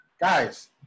guys